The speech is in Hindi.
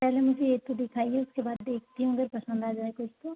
पहले मुझे यह तो दिखाइए उसके बाद देखती हूँ अगर पसंद आ जाए कुछ तो